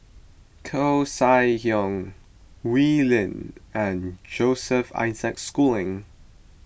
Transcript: Koeh Sia Yong Wee Lin and Joseph Isaac Schooling